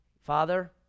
Father